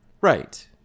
right